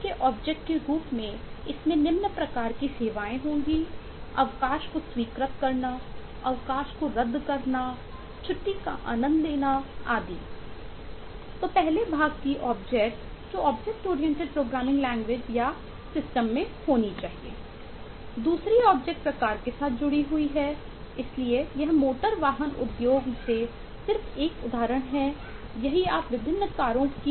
दूसरी ऑब्जेक्ट आदि